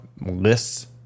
lists